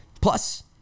plus